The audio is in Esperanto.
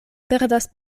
perdas